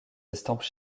estampes